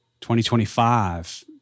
2025